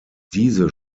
diese